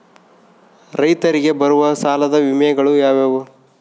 ರೈತರಿಗೆ ಬರುವ ಸಾಲದ ವಿಮೆಗಳು ಯಾವುವು?